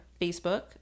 facebook